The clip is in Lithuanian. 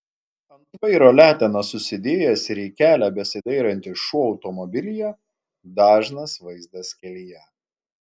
ant vairo letenas susidėjęs ir į kelią besidairantis šuo automobilyje dažnas vaizdas kelyje